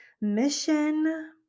mission